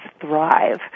thrive